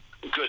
Good